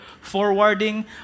forwarding